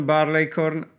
Barleycorn